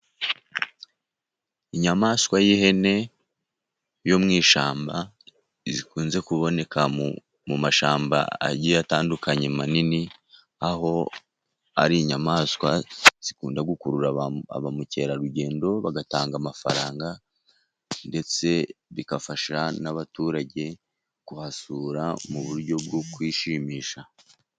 Inyamaswa y'ihene yo mu ishyamba, ikunze kuboneka mu mashyamba agiye atandukanye manini, aho ari inyamaswa ikunda gukurura ba mukerarugendo, bagatanga amafaranga ndetse bigafasha n'abaturage kuhasura , mu buryo bwo kwishimisha.